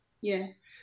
yes